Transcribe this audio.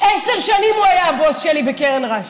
עשר שנים הוא היה הבוס שלי בקרן רש"י.